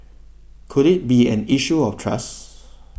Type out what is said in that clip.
could it be an issue of trust